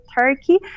Turkey